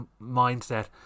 mindset